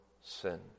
sin